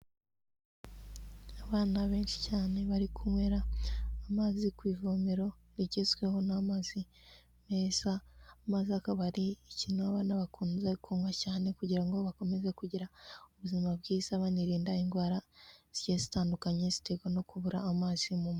Abana benshi cyane bari kunywera amazi ku ivomero rigezweho n'amazi meza maze akaba ari ikintu abana bakunze kunywa cyane kugira ngo bakomeze kugira ubuzima bwiza banirinda indwara zigiye zitandukanye ziterwa no kubura amazi mu.